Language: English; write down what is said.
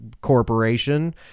Corporation